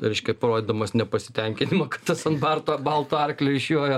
reiškia parodydamas nepasitenkinimą kad tas ant barto balto arklio išjojo